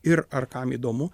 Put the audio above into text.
ir ar kam įdomu